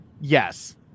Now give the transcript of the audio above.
Yes